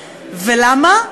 ולמה,